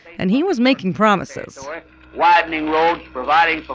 and he was making promises widening roads, providing